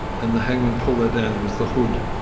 and the hangman pulled that down, it was the hood.